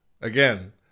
Again